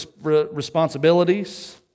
responsibilities